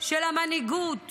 של המנהיגות